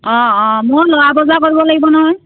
অঁ অঁ মোৰ ল'ৰা বজাৰ কৰিব লাগিব নহয়